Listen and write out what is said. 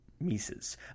Mises